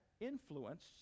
influence